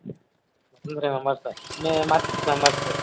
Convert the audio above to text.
నలుగురు అనమాట మే మాకు సిక్స్ మెంబెర్స్ సార్